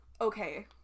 okay